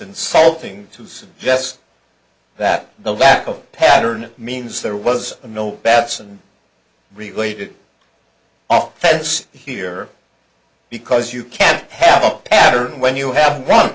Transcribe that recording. insulting to suggest that the lack of pattern means there was a note babson related office here because you can't have a pattern when you have one